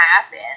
happen